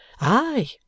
Aye